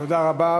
תודה רבה.